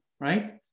right